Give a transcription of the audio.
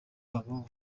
babo